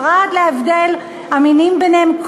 פרט להבדל המינים ביניהם,